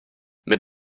mit